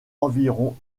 environ